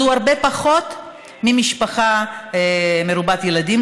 הוא הרבה פחות מלמשפחה מרובת ילדים,